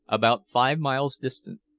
about five miles distant,